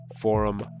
Forum